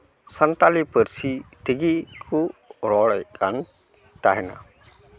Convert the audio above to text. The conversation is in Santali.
ᱥᱟᱱᱛᱟᱞᱤ ᱯᱟᱹᱨᱥᱤ ᱛᱮᱜᱮ ᱠᱩ ᱨᱚᱲᱮᱫ ᱠᱟᱱ ᱛᱟᱦᱮᱱᱟ